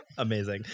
amazing